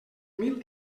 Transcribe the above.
mil